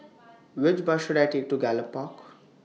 Which Bus should I Take to Gallop Park